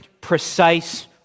precise